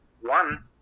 one